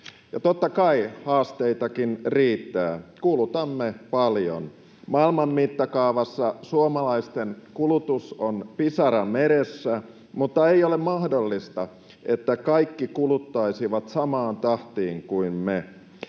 Totta kai haasteitakin riittää. Kulutamme paljon. Maailman mittakaavassa suomalaisten kulutus on pisara meressä, mutta ei ole mahdollista, että kaikki kuluttaisivat samaan tahtiin kuin me.